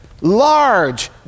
Large